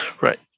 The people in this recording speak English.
Right